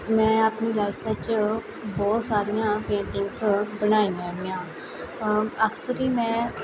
ਮੈਂ ਆਪਣੀ ਲਾਈਫ ਵਿੱਚ ਬਹੁਤ ਸਾਰੀਆਂ ਪੇਂਟਿੰਗਸ ਬਣਾਈਆਂ ਗਈਆਂ ਅਕਸਰ ਹੀ ਮੈਂ